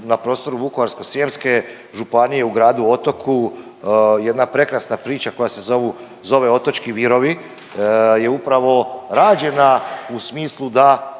na prostoru Vukovarsko-srijemske županije u gradu Otoku, jedna prekrasna priča koja se zove otočki virovi je upravo rađena u smislu da